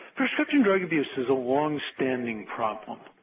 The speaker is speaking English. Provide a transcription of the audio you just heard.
prescription drug abuse is a longstanding problem.